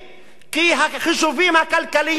כי החישובים הכלכליים כולם,